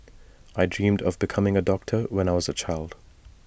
I dreamt of becoming A doctor when I was A child